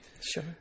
Sure